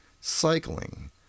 cycling